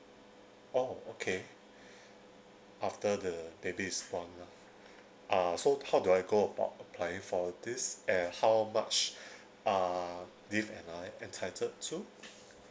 oh okay after the baby is born lah uh so how do I go about applying for this and how much uh leave am I entitled to